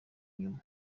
inyuma